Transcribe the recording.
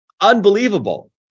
unbelievable